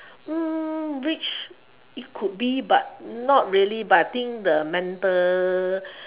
mm rich it could be but not really but I think the mental